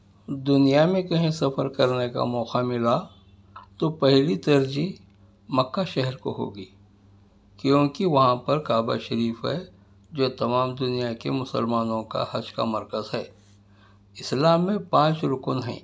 دنیا میں کہیں سفر کرنے کا موقعہ ملا تو پہلی ترجیح مکہ شہر کو ہوگی کیونکہ کہ وہاں پر کعبہ شریف ہے جو تمام دنیا کے مسلمانوں کا حج کا مرکز ہے اسلام میں پانچ رکن ہیں